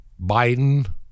Biden